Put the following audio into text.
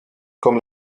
comme